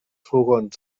fogons